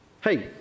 Hey